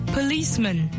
Policeman